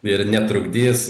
ir netrukdys